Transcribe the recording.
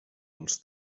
els